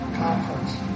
conference